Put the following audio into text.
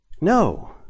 No